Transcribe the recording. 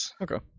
Okay